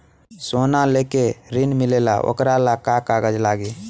सोना लेके ऋण मिलेला वोकरा ला का कागज लागी?